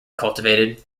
cultivated